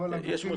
מכל הגופים.